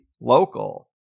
local